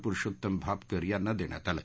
प्रूषोत्तम भापकर यांना देण्यात आलं